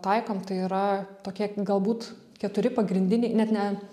taikom tai yra tokie galbūt keturi pagrindiniai net ne